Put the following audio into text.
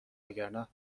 وگرنه